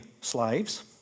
slaves